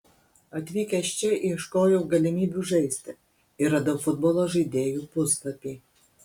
atvykęs čia ieškojau galimybių žaisti ir radau futbolo žaidėjų puslapį